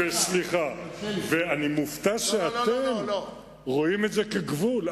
סליחה, אני מופתע שאתם רואים את זה כגבול.